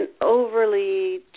overly